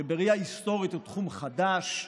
שבראייה היסטורית הוא תחום חדש.